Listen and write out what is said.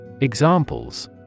Examples